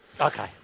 Okay